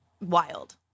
wild